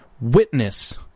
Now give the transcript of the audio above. witness